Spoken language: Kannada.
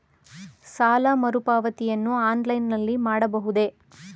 ಸಾಲ ಮರುಪಾವತಿಯನ್ನು ಆನ್ಲೈನ್ ನಲ್ಲಿ ಮಾಡಬಹುದೇ?